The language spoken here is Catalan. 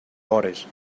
vores